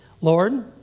Lord